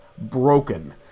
broken